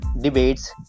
debates